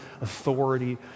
authority